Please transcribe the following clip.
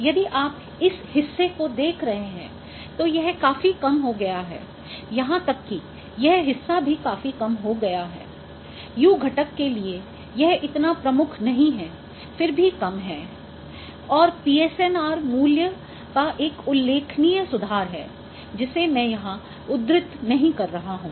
यदि आप इस हिस्से को देख रहे हैं तो यह काफी कम हो गया है यहाँ तक कि यह हिस्सा भी काफी कम हो गया हैU घटक के लिए यह इतना प्रमुख नहीं है फिर भी यह कम है और PSNR मूल्य का एक उल्लेखनीय सुधार है जिसे मैं यहां उद्धृत नहीं कर रहा हूं